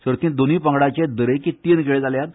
सर्तींत दोनूय पंगडाचे दरेकी तीन खेळ जाल्यात